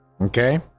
Okay